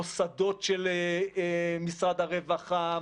מוסדות של משרד הרווחה,